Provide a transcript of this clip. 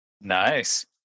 Nice